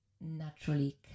naturally